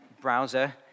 browser